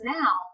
now